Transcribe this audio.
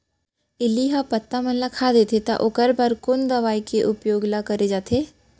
इल्ली ह पत्ता मन ला खाता देथे त ओखर बर कोन दवई के उपयोग ल करे जाथे?